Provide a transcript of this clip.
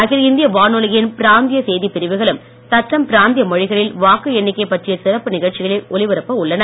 அகில இந்திய வானொலியின் பிராந்திய செய்திப் பிரிவுகளும் தத்தம் பிராந்திய மொழிகளில் வாக்கு எண்ணிக்கை பற்றிய சிறப்பு நிகழ்ச்சிகளை ஒலிபரப்ப உள்ளன